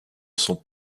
son